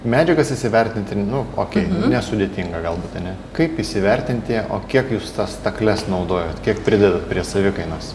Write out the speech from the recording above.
medžiagas įsivertinti nu okei nesudėtinga galbūt ane kaip įsivertinti o kiek jūs tas stakles naudojot kiek pridedat prie savikainos